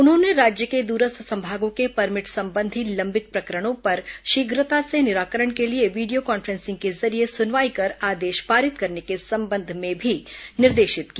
उन्होंने राज्य के दूरस्थ संभागों के परमिट संबंधी लंबित प्रकरणों पर शीघ्रता से निराकरण के लिए वीडियो कांफ्रेंसिंग के जरिए सुनवाई कर आदेश पारित करने के संबंध में भी निर्देशित किया